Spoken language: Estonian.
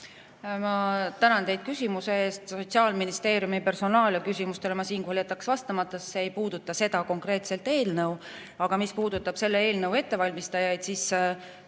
Ma tänan teid küsimuse eest! Sotsiaalministeeriumi personaalia küsimustele ma siinkohal jätaks vastamata, sest see ei puuduta konkreetset eelnõu. Aga mis puudutab selle eelnõu ettevalmistajaid, siis